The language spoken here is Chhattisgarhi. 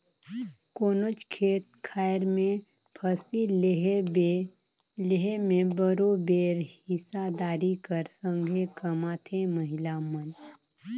कोनोच खेत खाएर में फसिल लेहे में बरोबेर हिस्सादारी कर संघे कमाथें महिला मन